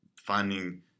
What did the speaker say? finding